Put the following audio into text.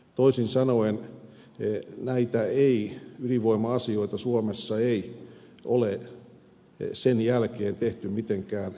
toisin sanoen näitä ydinvoima asioita suomessa ei ole sen jälkeen tehty mitenkään hätiköiden